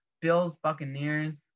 Bills-Buccaneers